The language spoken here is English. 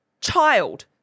child